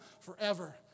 forever